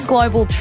Global